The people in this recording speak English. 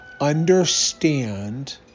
understand